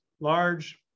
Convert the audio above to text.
large